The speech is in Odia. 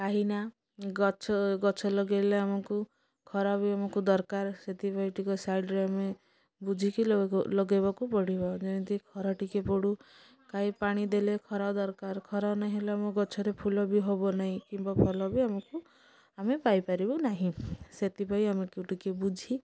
କାହିଁକି ନା ଗଛ ଗଛ ଲଗେଇଲେ ଆମକୁ ଖରା ବି ଆମକୁ ଦରକାର ସେଥିପାଇଁ ଟିକେ ସାଇଡ଼ରେ ଆମେ ବୁଝିକି ଲ ଲଗେଇବାକୁ ପଡ଼ିବ ଯେମିତି ଖରା ଟିକେ ପଡ଼ୁ କାଇ ପାଣି ଦେଲେ ଖରା ଦରକାର ଖରା ନାଇଁ ହେଲେ ଆମ ଗଛରେ ଫୁଲ ବି ହେବ ନାହିଁ କିମ୍ବା ଭଲ ବି ଆମକୁ ଆମେ ପାଇପାରିବୁ ନାହିଁ ସେଥିପାଇଁ ଆମକୁ ଟିକେ ବୁଝି